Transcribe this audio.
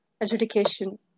adjudication